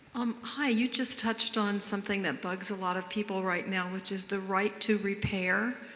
um hi. you just touched on something that bugs a lot of people right now which is the right to repair.